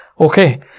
Okay